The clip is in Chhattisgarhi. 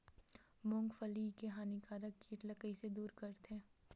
मूंगफली के हानिकारक कीट ला कइसे दूर करथे?